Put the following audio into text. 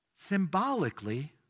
Symbolically